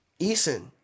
Eason